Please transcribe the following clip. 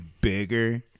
bigger